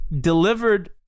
delivered